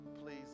please